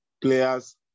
players